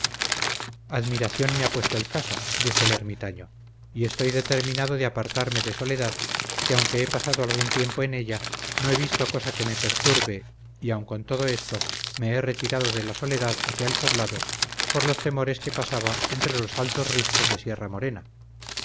admiración me ha puesto el caso dijo el ermitaño y estoy determinado de apartarme de soledad que aunque he pasado algún tiempo en ella no he visto cosa que me perturbe y aun con todo eso me he retirado de la soledad hacia el poblado por los temores que pasaba entre los altos riscos de